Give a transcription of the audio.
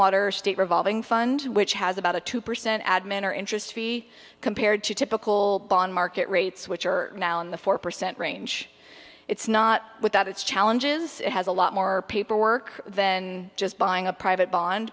water state revolving fund which has about a two percent admin or interest to be compared to typical bond market rates which are now in the four percent range it's not without its challenges it has a lot more paperwork than just buying a private bond